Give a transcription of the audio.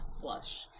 flush